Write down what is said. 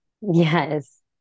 Yes